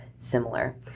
Similar